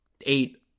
eight